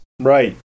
right